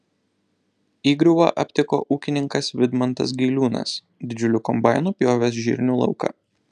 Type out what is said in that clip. įgriuvą aptiko ūkininkas vidmantas gailiūnas didžiuliu kombainu pjovęs žirnių lauką